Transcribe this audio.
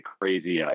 crazy